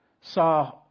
Saw